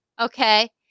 okay